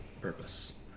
purpose